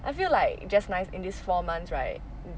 I feel like just nice in these four months right